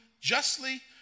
justly